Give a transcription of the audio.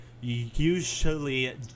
usually